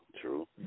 true